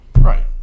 right